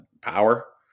power